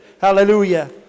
Hallelujah